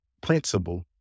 principle